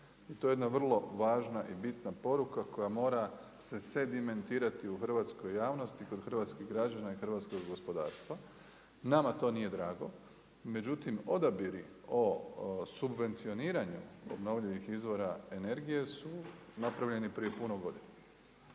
I to je vrlo važna i bitna poruka koja mora se sedimentirati u hrvatskoj javnosti i kod hrvatskih građana i hrvatskog gospodarstva. Nama to nije drago, međutim odabiri o subvencioniranju obnovljivih izvora energije su napravljeni prije puno godina.